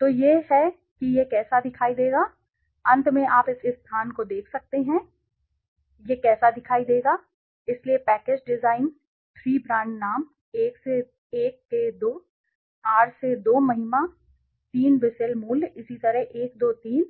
तो यह है कि यह कैसा दिखाई देगा अंत में आप इस स्थान को देख सकते हैं यह ठीक है कि यह कैसा दिखाई देगा इसलिए पैकेज डिज़ाइन थ्री ब्रांड नाम 1 के 2 आर से 2 महिमा 3 बिसेल मूल्य इसी तरह 1 2 3